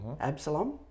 Absalom